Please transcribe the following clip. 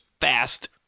fast